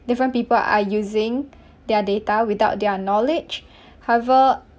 different people are using their data without their knowledge however